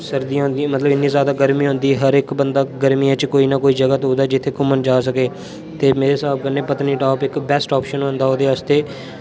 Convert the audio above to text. सर्दियां आंदियां मतलब की इन्नी ज्यादा गर्मियां होंदी हर इक बंदा गर्मीये च कोई ना कोई जगहा तुपदा जित्थे घुमने जा सके ते मेरे साहब कन्नै पतनीटाप इक बेस्ट आप्शन औंदा ओह्दे आस्तै